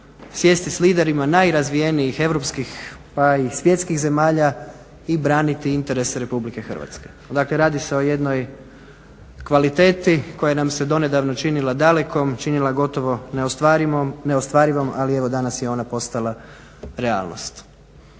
sjesti s liderima najrazvijenijih europskih pa i svjetskih zemalja i braniti interese Republike Hrvatske. Dakle radi se o jednoj kvaliteti koja nam se donedavno činila dalekom, činila gotovo neostvarivom, ali evo danas je ona postala realnost.